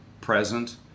present